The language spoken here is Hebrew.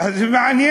אז זה מעניין.